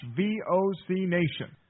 vocnation